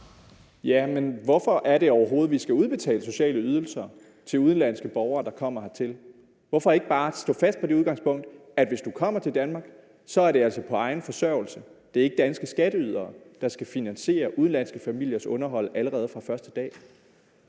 Ja, men hvorfor er det overhovedet, at vi skal udbetale sociale ydelser til udenlandske borgere, der kommer hertil? Hvorfor står man ikke bare fast på det udgangspunkt, at hvis du kommer til Danmark, er det altså på egen forsørgelse? Det er ikke danske skatteydere, der skal finansiere udenlandske familiers underhold allerede fra første dag.